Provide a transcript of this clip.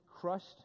crushed